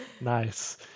Nice